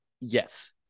yes